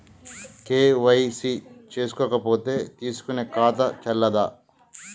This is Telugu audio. కే.వై.సీ చేసుకోకపోతే తీసుకునే ఖాతా చెల్లదా?